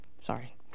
Sorry